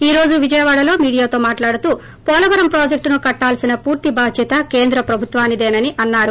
ఈ రోజు విజయవాడలో మీడియాతో మాట్లాడుతూ పోలవరం ప్రాజెక్ట్ ను కట్లాల్సిన పూర్తి బాధ్యత కేంద్ర ప్రభుత్వానిదేనని అన్నారు